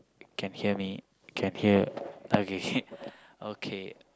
can hear me can hear okay okay